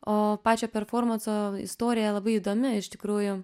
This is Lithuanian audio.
o pačio performanso istorija labai įdomi iš tikrųjų